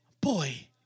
boy